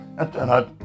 internet